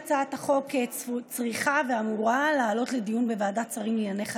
הצעת החוק צריכה ואמורה לעלות לדיון בוועדת שרים לענייני חקיקה.